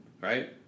right